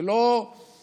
זה לא מנע,